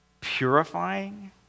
purifying